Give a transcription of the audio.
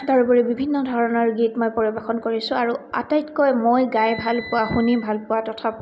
তাৰোপৰি বিভিন্ন ধৰণৰ গীত মই পৰিৱেশন কৰিছোঁ আৰু আটাইতকৈ মই গাই ভালপোৱা শুনি ভালপোৱা তথা